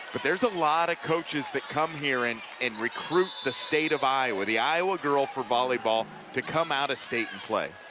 but there's a lot of coaches that come here and and recruit the state of iowa. the iowa girl for volleyball to come out of state and play.